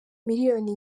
miliyoni